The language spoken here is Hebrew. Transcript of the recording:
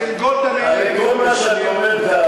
שגולדה מאיר הרי את כל מה שאני אומר כאן,